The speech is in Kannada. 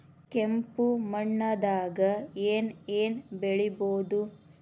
ಕೆಂಪು ಮಣ್ಣದಾಗ ಏನ್ ಏನ್ ಬೆಳಿಬೊದು?